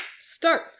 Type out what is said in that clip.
start